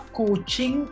coaching